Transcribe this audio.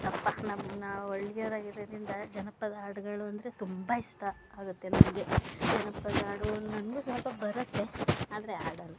ಅಪ್ಪ ನಮ್ಮ ನಾವು ಹಳ್ಳಿಯವ್ರಾಗಿರದ್ರಿಂದ ಜನಪದ ಹಾಡುಗಳು ಅಂದರೆ ತುಂಬ ಇಷ್ಟ ಆಗುತ್ತೆ ನಮಗೆ ಜನಪದ ಹಾಡು ನನಗೂ ಸ್ವಲ್ಪ ಬರುತ್ತೆ ಆದರೆ ಹಾಡಲ್ಲ